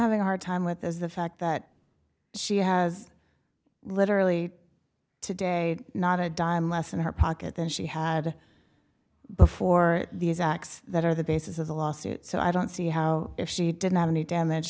having a hard time with is the fact that she has literally today not a dime less in her pocket than she had before these acts that are the basis of the lawsuit so i don't see how if she didn't have any damage